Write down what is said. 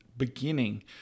beginning